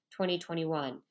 2021